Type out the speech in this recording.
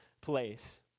place